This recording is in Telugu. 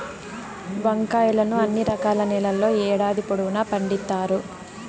వంకాయలను అన్ని రకాల నేలల్లో ఏడాది పొడవునా పండిత్తారు